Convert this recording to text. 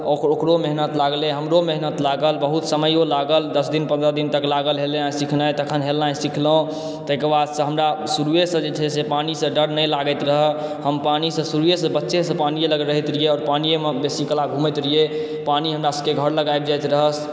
ओकरो मेहनत लागलै हमरो मेहनत लागल बहुत समयो लागल दश दिन पन्द्रह दिन तक लागल हेलय सिखनाइ तखन हेलनाइ सिखलहुँ ताहिके बादसँ हमरा शुरुएसँ जे छै से पानीसँ डर नहि लागैत रहऽ हम पानीसँ शुरुएसँ बच्चेसँ पानिए लऽ रहैत रहियै आओर पानिए मऽ बेसी कला घुमैत रहिए पानी हमरा सभक घर लग आबि जाइत रहऽ